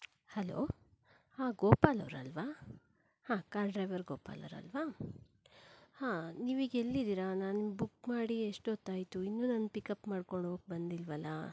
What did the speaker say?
hello ಹಾ ಗೋಪಾಲ್ ಅವರಲ್ವಾ ಹಾ ಕಾರ್ ಡ್ರೈವರ್ ಗೋಪಾಲ್ ಅವರಲ್ವಾ ಹಾ ನೀವಿಗ ಎಲ್ಲಿದ್ದೀರ ನಾನು ಬುಕ್ ಮಾಡಿ ಎಷ್ಟೋತ್ತಾಯಿತು ಇನ್ನೂ ನನಗೆ ಪಿಕ್ಅಪ್ ಮಾಡಿಕೊಂಡು ಹೋಗೋಕ್ಕೆ ಬಂದಿಲ್ವಲ್ಲ